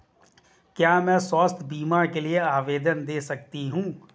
क्या मैं स्वास्थ्य बीमा के लिए आवेदन दे सकती हूँ?